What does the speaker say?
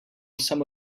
some